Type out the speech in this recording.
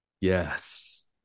Yes